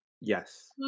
Yes